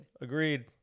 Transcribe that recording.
Agreed